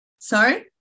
sorry